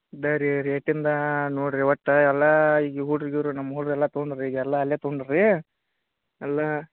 ಅದೆ ರೀ ರೇಟಿಂದು ನೋಡಿರಿ ಒಟ್ಟು ಎಲ್ಲ ಈಗ ಹುಡುಗರು ನಮ್ಮ ಊರ್ದೆಲ್ಲ ತೋಂದ್ರು ಈಗ ಎಲ್ಲ ಅಲ್ಲೇ ತೋಂದ್ರು ರೀ ಎಲ್ಲ